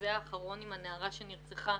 המזעזע האחרון עם הנערה שנרצחה.